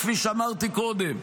כפי שאמרתי קודם,